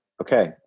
okay